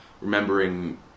remembering